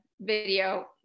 video